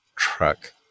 truck